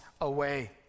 away